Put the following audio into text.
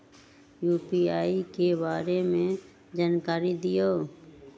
UPI के बारे में जानकारी दियौ?